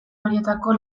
horietako